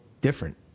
different